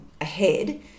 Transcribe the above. ahead